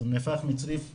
אז זה נהפך מצריף לחושה.